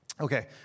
Okay